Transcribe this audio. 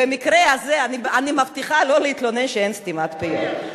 במקרה הזה אני מבטיחה שלא להתלונן על סתימת פיות.